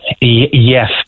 Yes